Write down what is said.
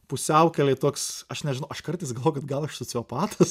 pusiaukelėj toks aš nežinau aš kartais galvoju kad gal aš sociopatas